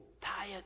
tired